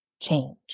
change